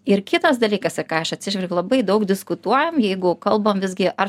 ir kitas dalykas į ką aš atsižvelgiu labai daug diskutuojam jeigu kalbame visgi ar